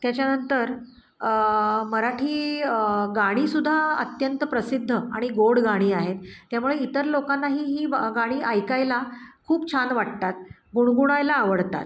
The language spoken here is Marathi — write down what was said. त्याच्यानंतर मराठी गाणीसुद्धा अत्यंत प्रसिद्ध आणि गोड गाणी आहेत त्यामुळे इतर लोकांनाही ही गाणी ऐकायला खूप छान वाटतात गुणगुणायला आवडतात